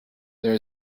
there